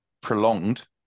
prolonged